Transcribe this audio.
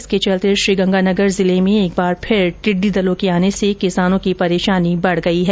इसके चलते श्रीगंगानगर जिले में एक बार फिर टिड्डी दलों के आने से किसानों की परेशानी बढ गई है